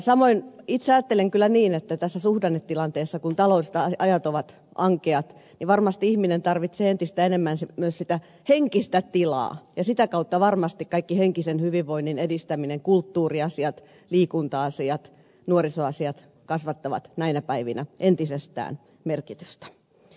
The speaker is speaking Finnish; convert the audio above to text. samoin itse ajattelen kyllä niin että tässä suhdannetilanteessa kun taloudelliset ajat ovat ankeat varmasti ihminen tarvitsee entistä enemmän myös sitä henkistä tilaa ja sitä kautta varmasti kaikki henkisen hyvinvoinnin edistäminen kulttuuriasiat liikunta asiat nuorisoasiat kasvattavat näinä päivinä entisestään merkitystä